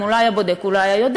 אם הוא לא היה בודק הוא לא היה יודע.